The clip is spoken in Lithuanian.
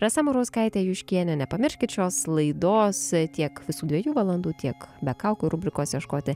rasa murauskaitė juškienė nepamirškit šios laidos tiek visų dviejų valandų tiek be kaukių rubrikos ieškoti